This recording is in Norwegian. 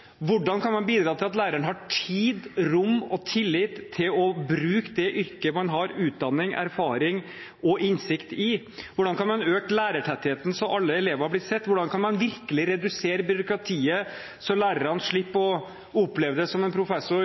Hvordan kan man bidra til at læreren har tid, rom og tillit til å bruke det yrket man har utdanning, erfaring og innsikt i? Hvordan kan man øke lærertettheten så alle elever blir sett? Hvordan kan man virkelig redusere byråkratiet så lærerne slipper å oppleve, som en professor